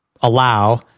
allow